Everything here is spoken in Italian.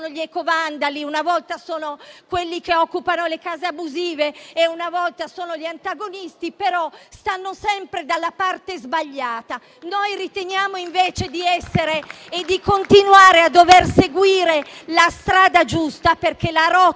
gli ecovandali, una volta sono quelli che occupano le case abusive, una volta sono gli antagonisti, stanno però sempre dalla parte sbagliata. Noi riteniamo invece di continuare a dover seguire la strada giusta, perché la rotta